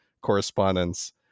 correspondence